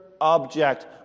object